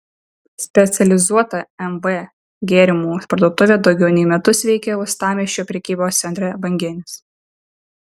specializuota mv gėrimų parduotuvė daugiau nei metus veikia uostamiesčio prekybos centre banginis